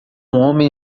homem